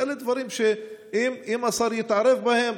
אלה דברים שאם השר יתערב בהם,